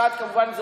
כמובן,